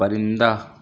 پرندہ